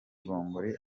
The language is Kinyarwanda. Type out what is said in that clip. bombori